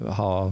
ha